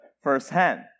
firsthand